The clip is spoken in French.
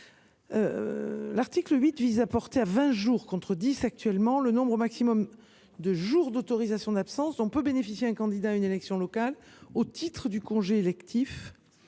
article prévoit de porter à vingt, contre dix actuellement, le nombre maximum de jours d’autorisation d’absence dont peut bénéficier un candidat à une élection locale au titre du congé électif,